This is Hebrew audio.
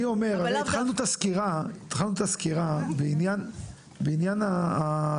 אני אומר, התחלנו את הסקירה בעניין האכיפה.